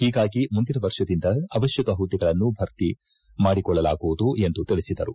ಹೀಗಾಗಿ ಮುಂದಿನ ವರ್ಷದಿಂದ ಅವಕ್ಕಕ ಹುದ್ದೆಗಳನ್ನು ಮಾತ್ರ ಭರ್ಷಿ ಮಾಡಿಕೊಳ್ಳಲಾಗುವುದು ಎಂದು ತಿಳಿಸಿದರು